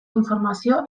informazio